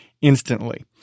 instantly